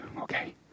Okay